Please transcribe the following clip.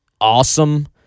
awesome